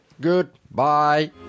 Goodbye